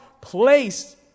place